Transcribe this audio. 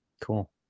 Cool